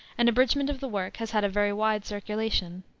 an abridgment of the work has had a very wide circulation.